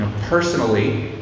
Personally